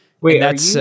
wait